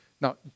Now